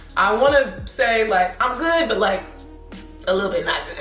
i want to say like i'm good, but like a little bit not good.